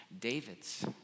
David's